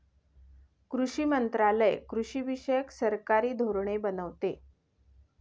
कृषी मंत्रालय कृषीविषयक सरकारी धोरणे बनवते